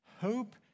hope